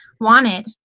wanted